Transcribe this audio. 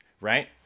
right